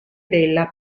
della